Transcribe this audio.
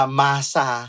masa